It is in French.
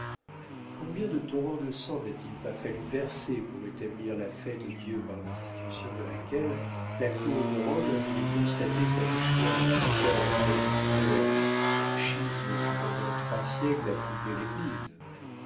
combien de torrents de sang n'a-t-il pas fallu verser pour établir la fête-dieu par l'institution de laquelle la cour de rome a voulu constater sa victoire dans l'affaire de la présence réelle schisme qui pendant trois siècles a troublé l'église